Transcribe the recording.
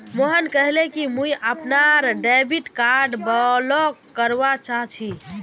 मोहन कहले कि मुई अपनार डेबिट कार्ड ब्लॉक करवा चाह छि